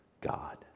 God